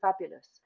fabulous